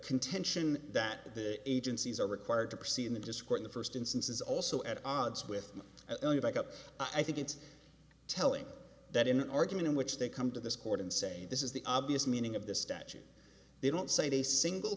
contention that the agencies are required to proceed in the disk or in the first instance is also at odds with a backup i think it's telling that in an argument in which they come to this court and say this is the obvious meaning of the statute they don't say a single